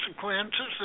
consequences